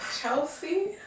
Chelsea